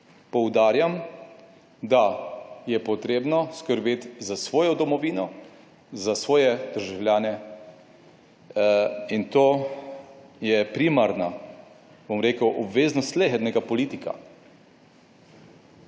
Poudarjam, da je potrebno skrbeti za svojo domovino, za svoje državljane in to je primarna, bom rekel, obveznost slehernega politika.